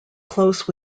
close